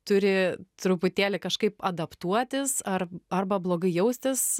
turi truputėlį kažkaip adaptuotis ar arba blogai jaustis